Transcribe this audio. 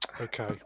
Okay